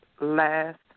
last